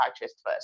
first